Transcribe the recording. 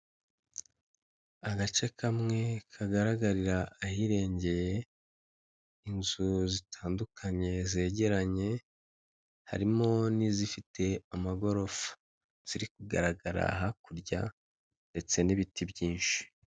Agace kamwe kagaragarira ahirengeye inzu zitandukanye zegeranye harimo n'izifite amagorofa zirigaragara hakurya ndetse n'ibiti byinshi.